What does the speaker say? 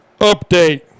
update